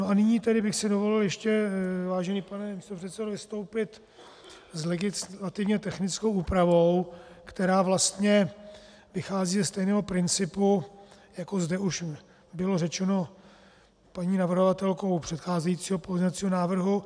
A nyní bych si dovolil ještě, vážený pane místopředsedo, vystoupit s legislativně technickou úpravou, která vlastně vychází ze stejného principu, jako zde už bylo řečeno paní navrhovatelkou předcházejícího pozměňovacího návrhu.